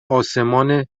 آسمان